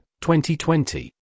2020